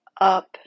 up